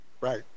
right